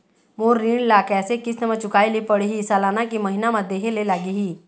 मोर ऋण ला कैसे किस्त म चुकाए ले पढ़िही, सालाना की महीना मा देहे ले लागही?